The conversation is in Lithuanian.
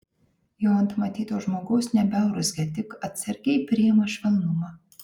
jau ant matyto žmogaus nebeurzgia tik atsargiai priima švelnumą